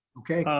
okay,